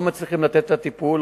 אם לא מצליחים לתת טיפול,